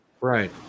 Right